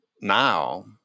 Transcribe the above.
now